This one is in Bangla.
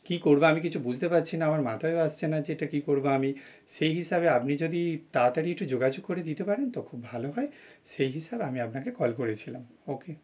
কী করব আমি কিছু বুঝতে পারছি না আমার মাথায়ও আসছে না যে এটা কী করব আমি সেই হিসাবে আপনি যদি তাড়াতাড়ি একটু যোগাযোগ করে দিতে পারেন তো খুব ভালো হয় সেই হিসাবে আমি আপনাকে কল করেছিলাম ওকে